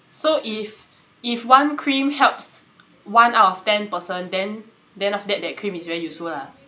so if if one cream helps one out of ten person then then after that that cream is very useful lah